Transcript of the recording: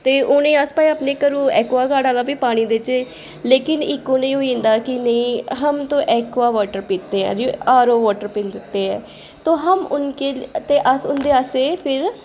ते उ'नें ई अस भाएं अपने घरूं ऐकुआ गार्ड आह्ला बी पानी देह्चै लेकिन इक उ'नें ई एह् होई जंदा कि नेईं हम तो ऐकुआ वाटर पीते हैं जी आरो वाटर पींदे ते तो हम उनके ते अस उं'दे आस्तै फिर